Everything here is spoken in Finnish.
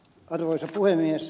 arvoisa puhemies